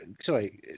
Sorry